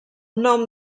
nom